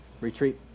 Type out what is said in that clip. retreat